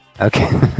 Okay